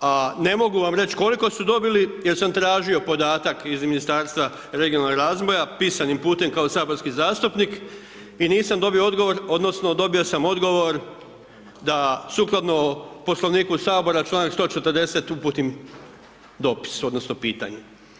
a ne mogu vam reći koliko su dobili jer sam tražio podatak iz Ministarstva regionalnog razvoja pisanim putem kao saborski zastupnik i nisam odgovor odnosno dobio sam odgovor da sukladno Poslovniku Sabora, članak 140., uputim dopis odnosno pitanje.